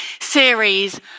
series